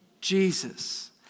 Jesus